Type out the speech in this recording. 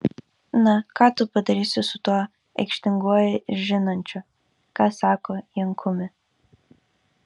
na ką tu padarysi su tuo aikštinguoju ir žinančiu ką sako jankumi